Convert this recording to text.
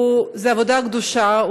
זו עבודה קדושה,